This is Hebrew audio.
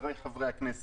חבריי חברי הכנסת,